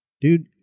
dude